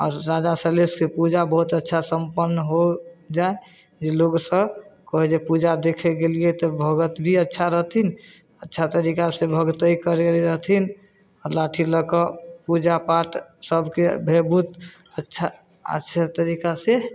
आओर राजा सलहेशके पूजा बहुत अच्छा सम्पन्न हो जाइ जे लोकसभ कहै जे पूजा देखे गेलिए तऽ भगत भी अच्छा रहथिन अच्छा तरीका से भगतै करैरे रहथिन आओर लाठी लऽ कऽ पूजापाठ सभके विभूत अच्छा अच्छे तरीका से